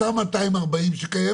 אותם 240 שקיימים,